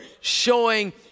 showing